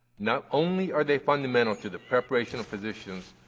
not only are they fundamental to the preparation of physicians,